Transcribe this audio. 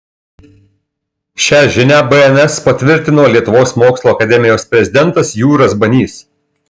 šią žinią bns patvirtino lietuvos mokslų akademijos prezidentas jūras banys